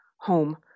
home